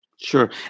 sure